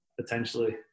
potentially